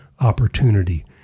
opportunity